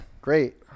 great